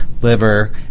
liver